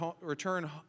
return